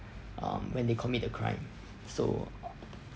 um when they commit a crime so